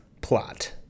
plot